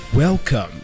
Welcome